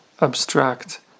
abstract